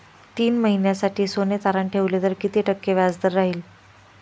तीन महिन्यासाठी सोने तारण ठेवले तर किती टक्के व्याजदर राहिल?